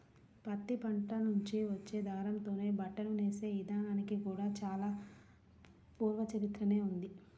పత్తి పంట నుంచి వచ్చే దారంతోనే బట్టను నేసే ఇదానానికి కూడా చానా పూర్వ చరిత్రనే ఉంది